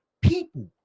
people